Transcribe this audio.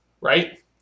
right